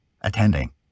attending